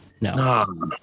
No